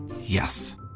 Yes